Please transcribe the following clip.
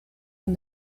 and